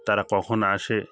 তারা কখন আসে